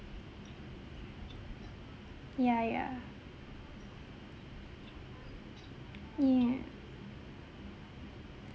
ya ya yeah